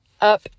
up